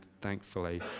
thankfully